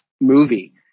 movie